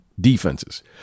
defenses